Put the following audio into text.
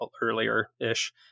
earlier-ish